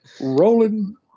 rolling